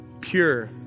Pure